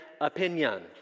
opinion